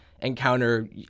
encounter